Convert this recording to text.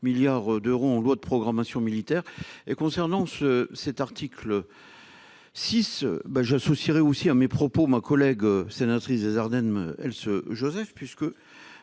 milliards d'euros ont loi de programmation militaire et concernant ce cet article. 6. Ben j'associerai aussi à mes propos, ma collègue sénatrice des Ardennes. Elle se Joseph puisque